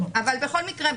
אבל בכל מקרה,